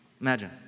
Imagine